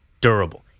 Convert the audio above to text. durable